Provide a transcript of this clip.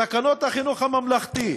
תקנות החינוך הממלכתי,